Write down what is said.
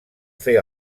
fer